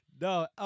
No